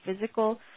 physical